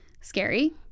scary